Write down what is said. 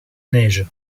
neige